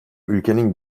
ülkenin